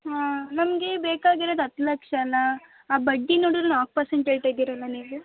ಹಾಂ ನಮಗೆ ಬೇಕಾಗಿರೋದು ಹತ್ತು ಲಕ್ಷ ಅಲ್ವ ಆ ಬಡ್ಡಿ ನೋಡುದ್ರೆ ನಾಲ್ಕು ಪರ್ಸೆಂಟ್ ಹೇಳ್ತಾ ಇದ್ದೀರಲ್ಲ ನೀವು